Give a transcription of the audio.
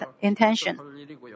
intention